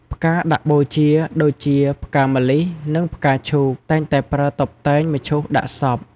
ផ្កាដាក់បូជា ដូចជា ផ្កាម្លិះ និងផ្កាឈូក តែងតែប្រើតុបតែងមឈូសដាក់សព។